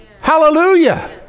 Hallelujah